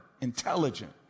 intelligent